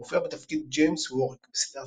הוא הופיע בתפקיד ג'יימס ווריק בסדרת